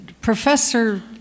Professor